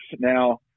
now